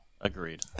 agreed